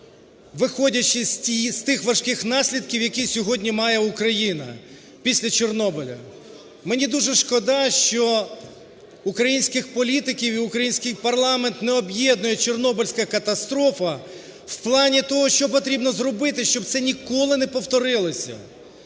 виходячи з тих важких наслідків, які сьогодні має Україна після Чорнобиля. Мені дуже шкода, що українських політиків і український парламент не об'єднує Чорнобильська катастрофа в плані того, що потрібно зробити, щоб це ніколи не повторилося